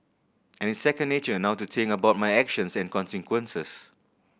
and it's second nature now to think about my actions and consequences